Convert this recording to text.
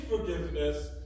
forgiveness